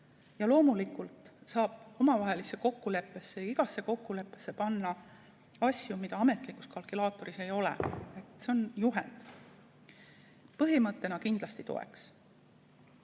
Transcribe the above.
Ja loomulikult saab omavahelisse kokkuleppesse, igasse kokkuleppesse panna asju, mida ametlikus kalkulaatoris ei ole. See on juhend, põhimõttena kindlasti toeks.